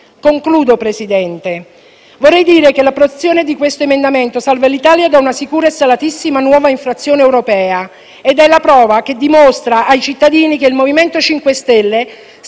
signor Presidente, vorrei dire che l'approvazione di questo emendamento salva l'Italia da una sicura e salatissima nuova infrazione europea ed è la prova che dimostra ai cittadini che il MoVimento 5 Stelle sta lavorando nel